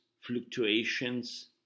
fluctuations